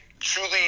Truly